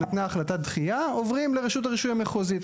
היא נתנה החלטת דחייה עוברים לרשות הרישוי המחוזית.